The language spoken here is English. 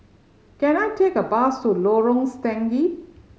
can I take a bus to Lorong Stangee